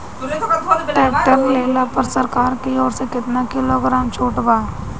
Tractor लिहला पर सरकार की ओर से केतना किलोग्राम छूट बा?